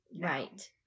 Right